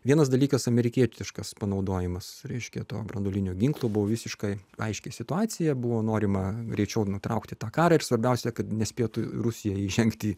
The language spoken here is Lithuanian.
vienas dalykas amerikietiškas panaudojimas reiškia to branduolinio ginklo buvo visiškai aiški situacija buvo norima greičiau nutraukti tą karą ir svarbiausia kad nespėtų rusija įžengti